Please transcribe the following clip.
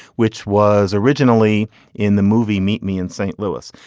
which was originally in the movie, meet me in st. lewis.